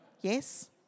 Yes